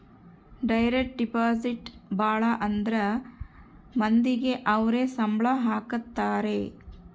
direct deposit ಭಾಳ ಅಂದ್ರ ಮಂದಿಗೆ ಅವ್ರ ಸಂಬ್ಳ ಹಾಕತರೆ